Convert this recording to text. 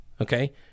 okay